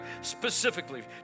specifically